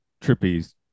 trippies